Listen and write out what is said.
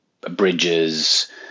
bridges